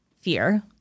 fear